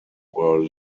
were